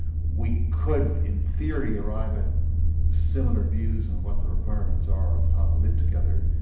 we could in theory arrive at similar views on what the requirements are of how to live together,